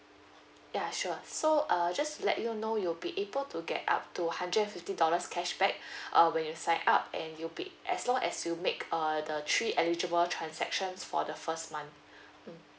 ya sure so uh just to let you know you'll be able to get up to hundred and fifty dollars cashback uh when you sign up and you'll be as long as you make uh the three eligible transactions for the first month mm